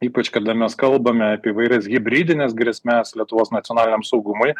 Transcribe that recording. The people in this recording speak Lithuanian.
ypač kada mes kalbame apie įvairias hibridines grėsmes lietuvos nacionaliniam saugumui